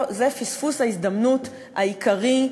זה פספוס ההזדמנות העיקרי,